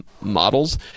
models